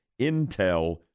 Intel